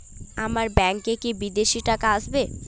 আমার ব্যংকে কি বিদেশি টাকা আসবে?